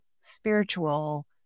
spiritual